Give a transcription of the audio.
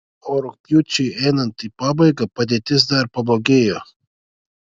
o rugpjūčiui einant į pabaigą padėtis dar pablogėjo